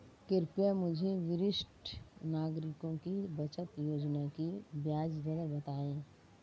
कृपया मुझे वरिष्ठ नागरिकों की बचत योजना की ब्याज दर बताएं